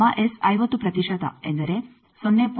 50 ಪ್ರತಿಶತ ಎಂದರೆ 0